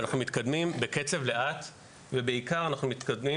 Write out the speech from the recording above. אנחנו מתקדמים בקצב איטי ובעיקר אנחנו מתקדמים